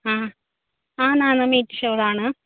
അ ആണ് ആണ് മീറ്റ് ഷോപ്പാണ്